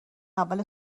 اول